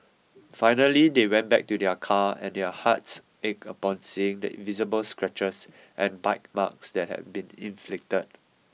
finally they went back to their car and their hearts ached upon seeing the visible scratches and bite marks that had been inflicted